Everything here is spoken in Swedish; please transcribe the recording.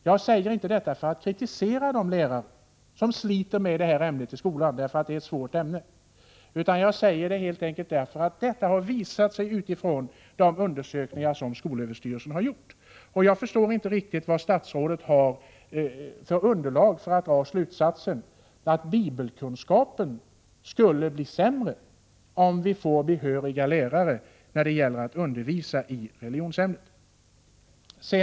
Jag säger inte detta för att kritisera de lärare som sliter med detta ämne i skolan — det är ett svårt ämne — utan jag säger det helt enkelt därför att det har visat sig i de undersökningar som skolöverstyrelsen har gjort att det är på det här sättet. Jag förstår inte riktigt vad statsrådet har för underlag för att dra slutsatsen att bibelkunskapen skulle bli sämre, om vi får behöriga lärare att undervisa i religionsämnet.